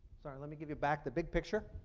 sorry. let me give you back the big picture.